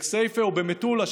בכסייפה או במטולה,